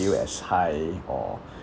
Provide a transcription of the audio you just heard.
you as high or